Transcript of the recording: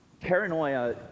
paranoia